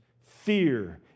fear